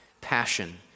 passion